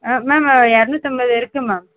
ma'am அது இரநூத்து ஐம்பது இருக்குது மேம்